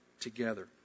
together